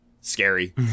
scary